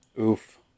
Oof